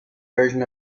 version